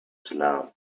slam